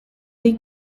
dei